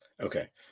Okay